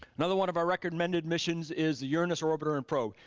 another one of our recommended missions is the uranus orbiter and probe.